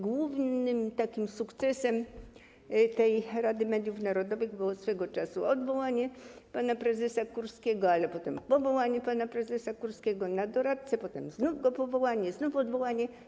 Głównym sukcesem tej Rady Mediów Narodowych było swego czasu odwołanie pana prezesa Kurskiego, ale potem powołanie pana prezesa Kurskiego na doradcę, potem znów powołanie, znów odwołanie.